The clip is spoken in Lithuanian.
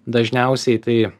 dažniausiai tai